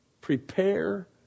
prepare